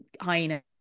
hyena